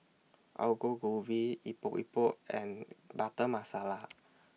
Aloo Go Gobi Epok Epok and Butter Masala